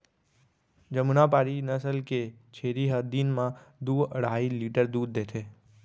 जमुनापारी नसल के छेरी ह दिन म दू अढ़ाई लीटर दूद देथे